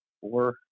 four